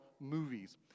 movies